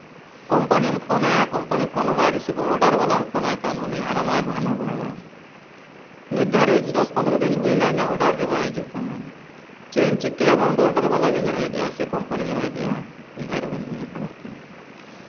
ᱠᱚᱢᱯᱟᱱᱤᱢ ᱯᱷᱳᱱᱟᱭᱟ company phone ᱦᱚᱸ ᱵᱟᱭ ᱨᱤᱥᱤᱵᱷᱟ ᱚᱰᱟᱨ ᱵᱟᱞᱟᱢ ᱯᱷᱳᱱᱟᱭ ᱠᱷᱟᱱ ᱩᱱᱤ ᱦᱟᱱᱟ ᱱᱚᱣᱟᱭ ᱵᱟᱦᱱᱟ ᱵᱟᱲᱟᱭᱟ ᱱᱤᱛ ᱫᱷᱟᱹᱵᱤᱡ ᱫᱚᱥ ᱯᱚᱱᱨᱚ ᱫᱤᱱ ᱦᱩᱭᱱᱟ ᱤᱧᱟᱹᱜ ᱚᱰᱟᱨ ᱜᱮ ᱵᱟᱭ ᱦᱤᱡᱩᱜ ᱠᱟᱱᱟ ᱪᱮᱫ ᱤᱧ ᱪᱤᱠᱟᱹᱭᱟ ᱵᱟᱝᱫᱚ ᱚᱰᱟᱨ ᱵᱟᱞᱟ ᱜᱤᱧ ᱨᱚᱦᱮᱫᱮᱭᱟ ᱥᱮ ᱠᱳᱢᱯᱟᱱᱤᱧ ᱨᱳᱦᱮᱫᱮᱭᱟ ᱩᱭᱦᱟᱹᱨ ᱵᱟᱹᱧ ᱩᱭᱦᱟᱹᱨ ᱫᱟᱲᱮᱭᱟᱜ ᱠᱟᱱᱟ